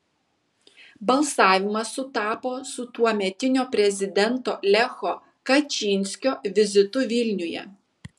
balsavimas sutapo su tuometinio prezidento lecho kačynskio vizitu vilniuje